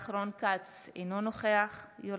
אינו נוכח רון כץ,